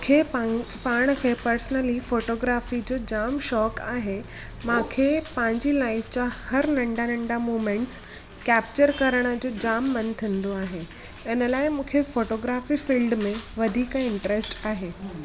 मुखे पा पाण खे पर्सनली फ़ोटोग्राफ़ी जो जाम शौक़ु आहे मांखे पंहिंजी लाइफ़ जा हर नंढा नंढा मूमेंट्स कैप्चर करण जो जाम मनु थींदो आहे हिन लाइ मूंखे फ़ोटोग्राफ़ी फ़ील्ड में वधीक इंट्रस्ट आहे